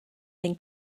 been